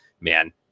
man